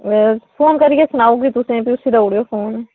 phone करियै सनाउड़गी तुसें उसी देऊड़ेओ फोन